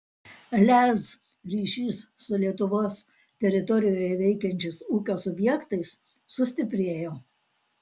lez ryšys su lietuvos teritorijoje veikiančiais ūkio subjektais sustiprėjo